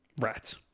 rats